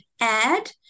add